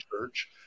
church